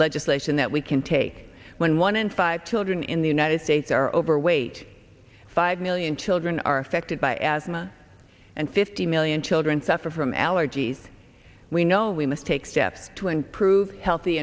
legislation that we can take when one in five children in the united states are overweight five million children are affected by asthma and fifty million children suffer from allergies we know we must take steps to improve healthy